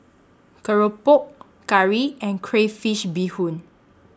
Keropok Curry and Crayfish Beehoon